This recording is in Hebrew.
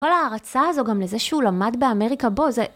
כל ההרצאה הזו, גם לזה שהוא למד באמריקה בו, זה...